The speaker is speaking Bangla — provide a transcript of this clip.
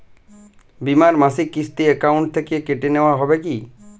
বিমার মাসিক কিস্তি অ্যাকাউন্ট থেকে কেটে নেওয়া হবে কি?